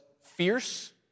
fierce